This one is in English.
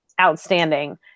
outstanding